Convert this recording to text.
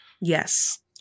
Yes